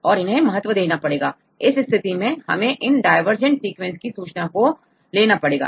और इन्हें महत्त्व देना पड़ेगा इस स्थिति में हमें इन डायवर्जेंट सीक्वेंस की सूचना को लेना पड़ेगा